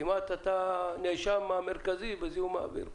אתה כמעט הנאשם המרכזי בזיהום האוויר פה.